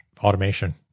Automation